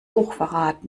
hochverrat